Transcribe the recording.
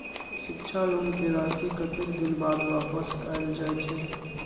शिक्षा लोन के राशी कतेक दिन बाद वापस कायल जाय छै?